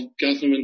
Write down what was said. government